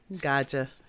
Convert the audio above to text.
Gotcha